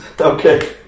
Okay